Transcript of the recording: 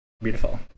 beautiful